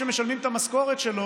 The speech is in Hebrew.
שמשלמים את המשכורת שלו,